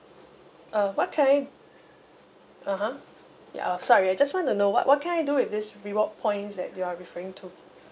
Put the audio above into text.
uh what can I (uh huh) ya sorry I just want to know what what can I do with this reward points that you are referring to